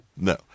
no